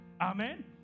amen